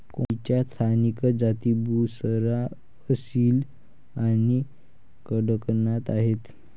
कोंबडीच्या स्थानिक जाती बुसरा, असील आणि कडकनाथ आहेत